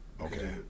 Okay